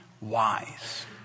wise